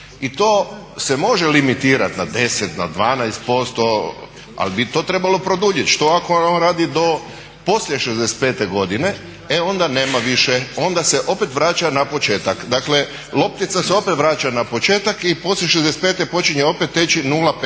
i to se može limitirati na 10 na 12% ali bi to trebalo produljiti. Što ako on radi do poslije 65. godine? E onda nema više, onda se opet vraća na početak. Dakle loptica se opet vraća na početak i poslije 65. počinje opet teći 0,15